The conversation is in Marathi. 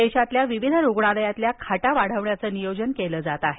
देशातल्या विविध रुग्णालयातील खाटा वाढवण्याचं नियोजन केलं जात आहे